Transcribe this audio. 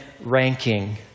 ranking